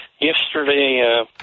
Yesterday